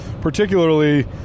particularly